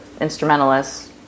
instrumentalists